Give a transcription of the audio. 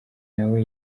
nawe